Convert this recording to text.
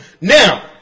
Now